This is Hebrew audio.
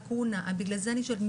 בגלל זה אני שואלת,